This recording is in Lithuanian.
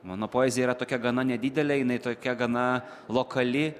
mano poezija yra tokia gana nedidelė jinai tokia gana lokali